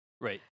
Right